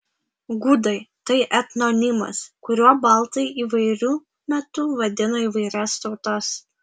gudai tai etnonimas kuriuo baltai įvairiu metu vadino įvairias tautas